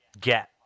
get